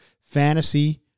Fantasy